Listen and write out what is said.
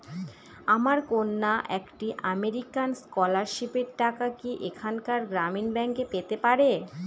আমার কন্যা একটি আমেরিকান স্কলারশিপের টাকা কি এখানকার গ্রামীণ ব্যাংকে পেতে পারে?